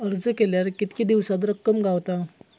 अर्ज केल्यार कीतके दिवसात रक्कम गावता?